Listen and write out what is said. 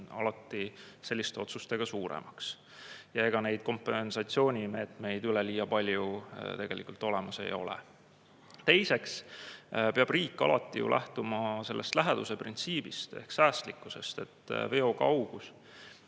alati selliste otsustega suuremaks. Ja ega neid kompensatsioonimeetmeid üleliia palju tegelikult olemas ei ole. Teiseks peab riik alati ju lähtuma läheduse printsiibist ehk säästlikkusest. Suurte